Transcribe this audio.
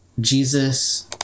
Jesus